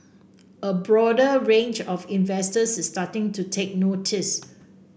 a broader range of investors is starting to take notice